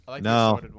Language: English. No